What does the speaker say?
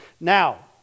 Now